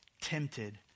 tempted